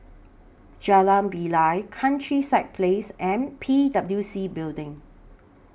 Jalan Bilal Countryside Place and P W C Building